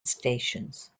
stations